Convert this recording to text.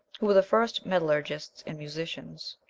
who were the first metallurgists and musicians.